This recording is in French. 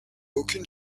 aucune